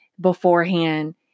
beforehand